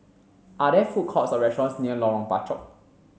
are there food courts or restaurants near Lorong Bachok